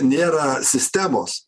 nėra sistemos